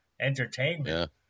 entertainment